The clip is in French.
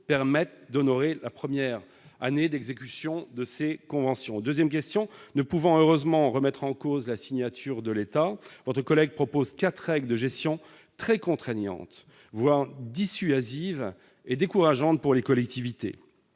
permettent d'honorer la première année d'exécution de ces conventions. Deuxième question : ne pouvant heureusement remettre en cause la signature de l'État, votre collègue propose quatre règles de gestion très contraignantes, voire dissuasives et décourageantes pour les collectivités.